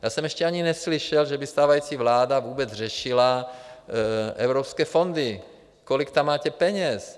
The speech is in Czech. Já jsem ještě ani neslyšel, že by stávající vláda vůbec řešila evropské fondy, kolik tam máte peněz.